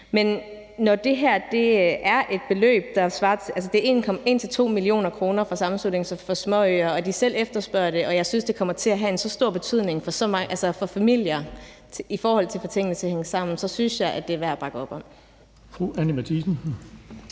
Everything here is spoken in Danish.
Men når det er et beløb på 1-2 mio. kr. – skønnet kommer fra Sammenslutningen af Danske Småøer – og de selv efterspørger det og det kommer til at have så stor betydning for familier i forhold til at få tingene til at hænge sammen, synes jeg, det er værd at bakke op om.